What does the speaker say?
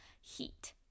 heat